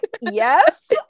Yes